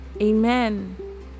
amen